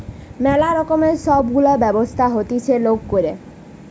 ম্যালা রকমের সব গুলা ব্যবসা হতিছে লোক করে